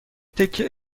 تکه